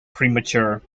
premature